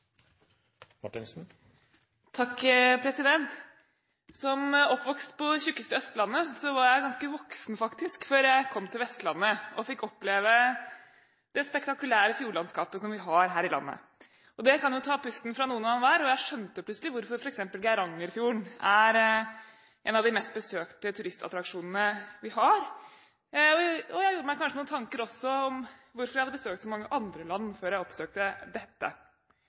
Som oppvokst på tjukkeste Østlandet var jeg faktisk ganske voksen før jeg kom til Vestlandet og fikk oppleve det spektakulære fjordlandskapet vi har her i landet. Det kan ta pusten fra noen hver, og jeg skjønte plutselig hvorfor f.eks. Geirangerfjorden er en av de mest besøkte turistattraksjonene vi har. Jeg gjorde meg kanskje også noen tanker om hvorfor jeg hadde besøkt så mange andre land før jeg oppsøkte dette.